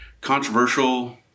controversial